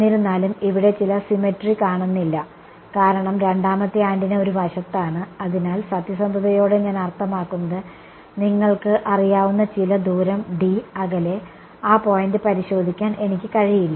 എന്നിരുന്നാലും ഇവിടെ ഒരു ചില സിമെട്രി കാണുന്നില്ല കാരണം രണ്ടാമത്തെ ആന്റിന ഒരു വശത്താണ് അതിനാൽ സത്യസന്ധതയോടെ ഞാൻ അർത്ഥമാക്കുന്നത് നിങ്ങൾക്ക് അറിയാവുന്ന ചില ദൂരം അകലെ ആ പോയിന്റ് പരിശോധിക്കാൻ എനിക്ക് കഴിയില്ല